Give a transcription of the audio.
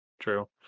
True